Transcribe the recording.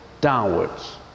downwards